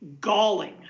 galling